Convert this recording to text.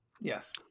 Yes